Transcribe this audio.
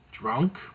drunk